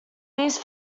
these